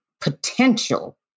potential